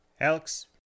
alex